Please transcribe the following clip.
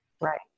Right